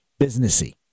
businessy